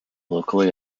locally